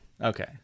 Okay